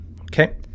okay